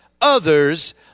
others